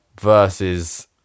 Versus